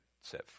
set